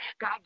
God